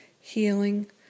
healing